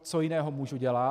Co jiného můžu dělat?